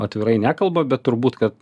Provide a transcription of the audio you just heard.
atvirai nekalba bet turbūt kad